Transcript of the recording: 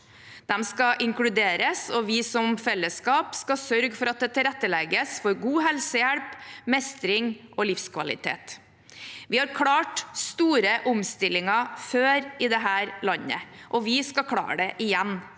De skal inkluderes, og vi som fellesskap skal sørge for at det tilrettelegges for god helsehjelp, mestring og livskvalitet. Vi har klart store omstillinger før i dette landet, og vi skal klare det igjen.